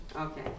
Okay